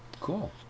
Cool